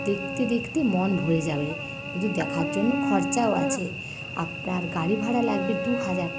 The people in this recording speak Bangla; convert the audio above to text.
দেখতে দেখতে মন ভরে যাবে কিন্তু দেখার জন্য খরচাও আছে আপনার গাড়ি ভাড়া লাগবে দু হাজার টাকা